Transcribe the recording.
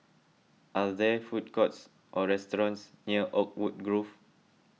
are there food courts or restaurants near Oakwood Grove